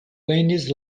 gajnis